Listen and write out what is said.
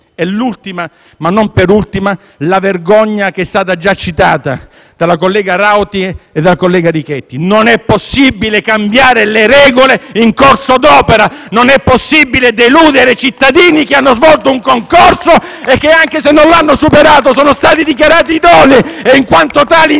Ultima, ma non per ultima, è la vergogna che è stata già citata dalla collega Rauti e dal collega Richetti: non è possibile cambiare le regole in corso d'opera, deludendo i cittadini che hanno svolto un concorso e che, anche se non l'hanno superato, sono stati dichiarati idonei e, in quanto tali, sono